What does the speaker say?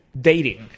dating